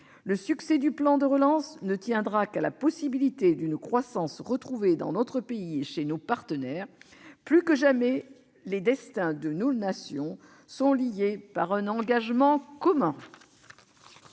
Le succès du plan de relance ne tiendra qu'à la possibilité d'une croissance retrouvée dans notre pays et chez nos partenaires. Plus que jamais, les destins de nos nations sont liés par un engagement commun.